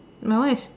my one is